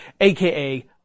aka